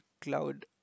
Cloud